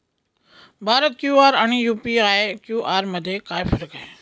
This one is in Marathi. भारत क्यू.आर आणि यू.पी.आय क्यू.आर मध्ये काय फरक आहे?